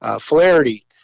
Flaherty